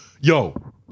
yo